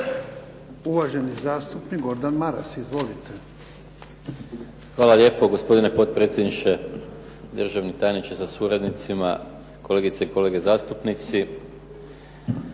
Uvaženi zastupnik Gordan Maras. Izvolite. **Maras, Gordan (SDP)** Hvala lijepo gospodine potpredsjedniče, državni tajniče sa suradnicima, kolegice i kolege zastupnici.